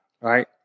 right